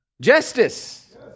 justice